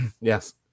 Yes